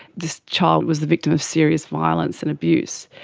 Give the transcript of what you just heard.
this child was the victim of serious violence and abuse.